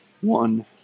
One